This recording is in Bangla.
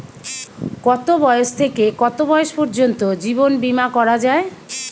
কতো বয়স থেকে কত বয়স পর্যন্ত জীবন বিমা করা যায়?